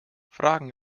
fragen